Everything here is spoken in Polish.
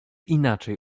inaczej